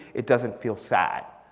it doesn't feel sad.